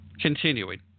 Continuing